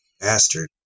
bastard